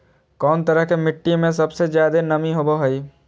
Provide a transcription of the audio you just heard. कौन तरह के मिट्टी में सबसे जादे नमी होबो हइ?